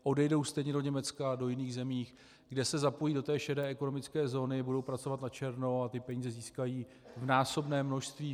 Odejdou stejně do Německa a do jiných zemí, kde se zapojí do šedé ekonomické zóny, budou pracovat načerno a ty peníze získají v násobném množství.